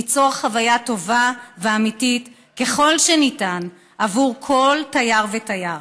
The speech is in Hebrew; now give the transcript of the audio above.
ליצור חוויה טובה ואמיתית ככל שניתן עבור כל תייר ותייר.